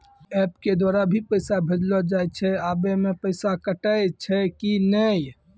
App के द्वारा भी पैसा भेजलो जाय छै आबै मे पैसा कटैय छै कि नैय?